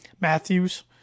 Matthews